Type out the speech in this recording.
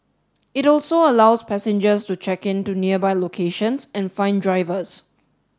it also allows passengers to check in to nearby locations and find drivers